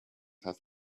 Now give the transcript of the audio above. have